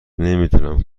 نمیدونم